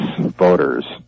voters